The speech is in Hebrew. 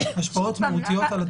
השפעות מהותיות על התחרות ככל שישנן.